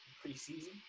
pre-season